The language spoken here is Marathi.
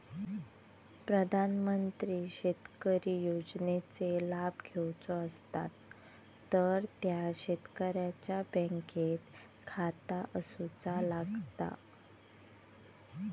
प्रधानमंत्री शेतकरी योजनेचे लाभ घेवचो असतात तर त्या शेतकऱ्याचा बँकेत खाता असूचा लागता